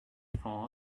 thought